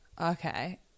Okay